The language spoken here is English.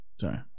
Sorry